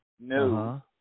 No